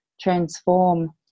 Transform